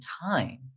time